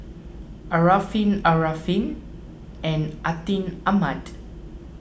Arifin Arifin and Atin Amat